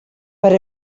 per